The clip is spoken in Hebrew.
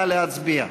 נא להצביע.